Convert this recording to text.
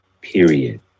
period